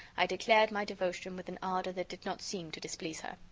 i declared my devotion with an ardor that did not seem to displease her.